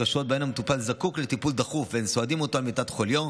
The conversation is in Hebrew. קשות שבהן המטופל זקוק לטיפול דחוף והם סועדים אותו על מיטת חוליו,